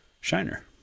Shiner